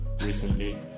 recently